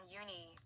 uni